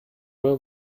were